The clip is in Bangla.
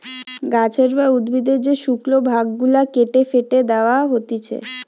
গাছের বা উদ্ভিদের যে শুকল ভাগ গুলা কেটে ফেটে দেয়া হতিছে